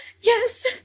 Yes